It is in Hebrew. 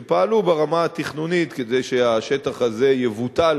שפעלו ברמה התכנונית כדי שהשטח הזה יבוטל,